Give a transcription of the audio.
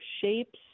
shapes